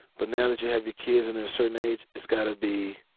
but now that you have your kids and they're a certain age, it's gotta be